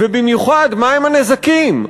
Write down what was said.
ובמיוחד, מה הם הנזקים?